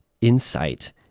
insight